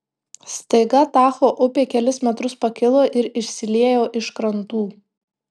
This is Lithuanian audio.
staiga tacho upė kelis metrus pakilo ir išsiliejo iš krantų